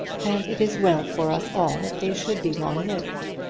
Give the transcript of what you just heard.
and it is well for us all that they should be long-lived.